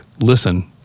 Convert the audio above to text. Listen